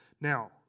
Now